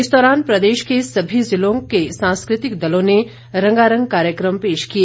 इस दौरान प्रदेश के सभी ज़िलो के सांस्कृतिक दलों ने रंगारंग कार्यक्रम पेश किए